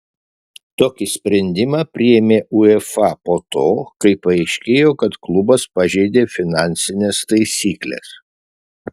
tokį sprendimą priėmė uefa po to kai paaiškėjo kad klubas pažeidė finansines taisykles